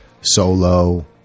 Solo